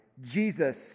Jesus